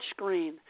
touchscreen